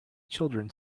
children